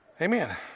Amen